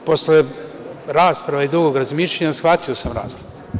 Posle rasprave i dugog razmišljanja, shvatio sam razlog.